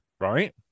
right